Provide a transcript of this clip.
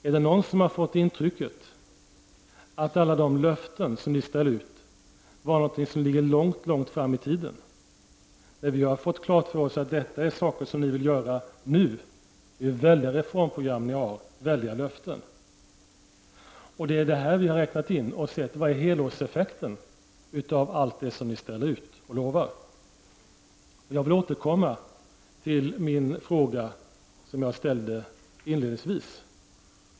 Är det någon som har fått intrycket att alla de löften som ni ställer ut är någonting som ligger långt, långt fram i tiden? Nej, vi har fått klart för oss att det är saker som ni vill göra nu. Det är ett väldigt reformprogram som ni har, väldiga löften. Det är det här som vi har räknat in. Vi har sett till helårseffekten av allt det som ni lovar. Jag vill återkomma till den fråga som jag inledningsvis ställde.